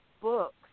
books